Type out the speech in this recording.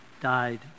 died